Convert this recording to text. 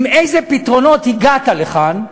עם איזה פתרונות הגעת לכאן?